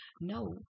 No